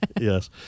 Yes